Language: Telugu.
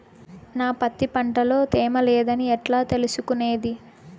నా పత్తి పంట లో తేమ లేదని ఎట్లా తెలుసుకునేది?